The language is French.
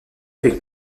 avec